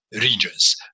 regions